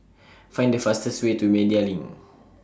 Find The fastest Way to Media LINK